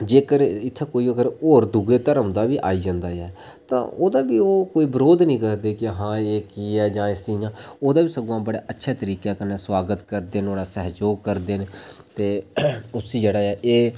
इत्थें जेकर कोई होर दूऐ धर्म दा बी आई जंदा ऐ तां ओह्दा बी ओह् बरोध निं करदे जां की कि एह् कीऽ जां एह् कियां ओह्दा बी सगुआं बड़ा अच्छे तरीकै कन्नै सोआगत करदे नुहाड़ा सैह्जोग करदे न ते उसी जेह्ड़ा ऐ एह्